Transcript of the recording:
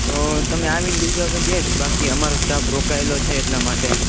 તો તમે આવીને લઈ જાવ તો બેસ્ટ બાકી અમારો સ્ટાફ રોકાયેલો છે એટલા માટે